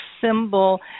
symbol